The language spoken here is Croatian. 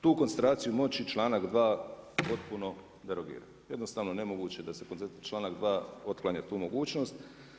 Tu koncentraciju moći članak 2. potpuno derogira, jednostavno nemoguće je da članak 2. otklanja tu mogućnost.